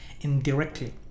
indirectly